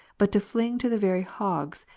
but to fling to the very hogs,